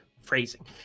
phrasing